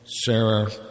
Sarah